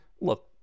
look